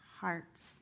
hearts